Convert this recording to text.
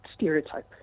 stereotype